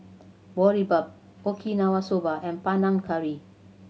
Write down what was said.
Boribap Okinawa Soba and Panang Curry